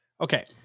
Okay